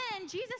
jesus